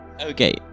Okay